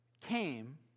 came